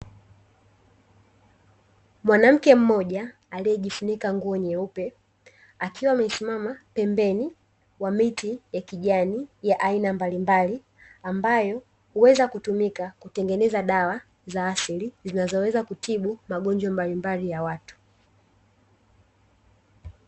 Mwanamke mmoja aliyejifunika nguo nyeupe akiwa amesimama pembeni wa miti ya kijani ya aina mbalimbali, ambayo huweza kutumika kutengeneza dawa za asili zinazoweza kutibu magonjwa mbalimbali ya watu.